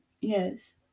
Yes